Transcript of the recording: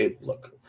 look